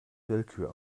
willkür